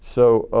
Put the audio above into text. so